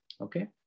Okay